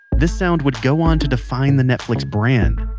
this sound would go on to define the netflix brand.